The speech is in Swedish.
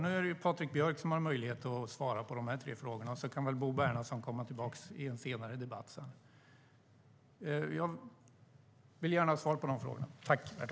Nu är det Patrik Björck som har möjlighet att svara på de här tre frågorna, och sedan kan Bo Bernhardsson komma tillbaka i en senare debatt.